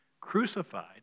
crucified